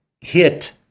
hit